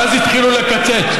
ואז התחילו לקצץ,